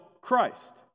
Christ